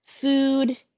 food